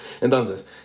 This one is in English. entonces